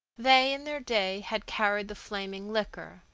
they in their day had carried the flaming liquor,